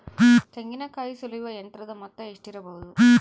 ತೆಂಗಿನಕಾಯಿ ಸುಲಿಯುವ ಯಂತ್ರದ ಮೊತ್ತ ಎಷ್ಟಿರಬಹುದು?